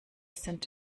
sind